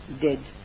dead